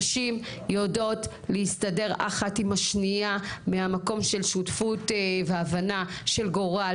נשים יודעות להסתדר אחת עם השנייה מהמקום של שותפות והבנה של גורל,